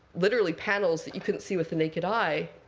literally, panels that you couldn't see with the naked eye.